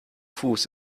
fuß